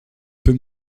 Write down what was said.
peut